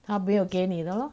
他没有给你的 lor